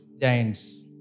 giants